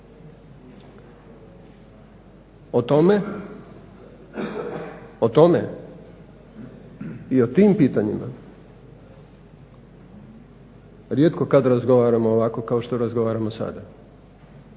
O tome i o tim pitanjima rijetko kad razgovaramo ovako kao što razgovaramo sada.